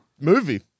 Movie